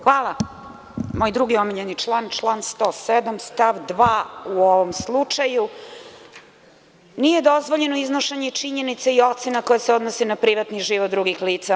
Hvala, moj drugi omiljeni član 107. stav 2. u ovom slučaju, nije dozvoljeno iznošenje činjenica i ocena koje se odnose na privatan život drugih lica.